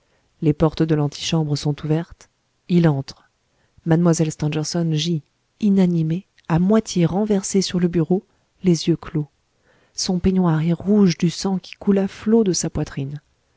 les portes de l'antichambre sont ouvertes il entre mlle stangerson gît inanimée à moitié renversée sur le bureau les yeux clos son peignoir est rouge du sang qui coule à flots de sa poitrine